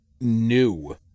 new